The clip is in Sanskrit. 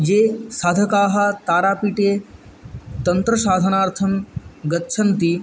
ये साधकाः तारापीठे तन्त्रशाधनार्थं गच्छन्ति